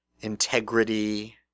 integrity